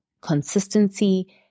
consistency